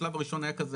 השלב הראשון היה כזה,